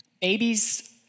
Babies